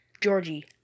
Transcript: Georgie